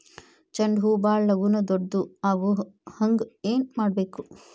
ಚಂಡ ಹೂ ಭಾಳ ಲಗೂನ ದೊಡ್ಡದು ಆಗುಹಂಗ್ ಏನ್ ಮಾಡ್ಬೇಕು?